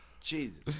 Jesus